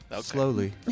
Slowly